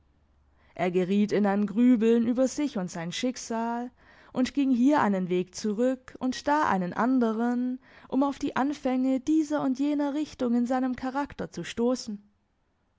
er geriet in ein grübeln über sich und sein schicksal und ging hier einen weg zurück und da einen anderen um auf die anfänge dieser und jener richtung in seinem charakter zu stossen